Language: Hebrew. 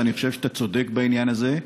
ואני חושב שאתה צודק בעניין הזה,